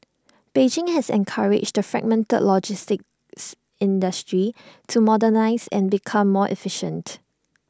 Beijing has encouraged the fragmented logistics industry to modernise and become more efficient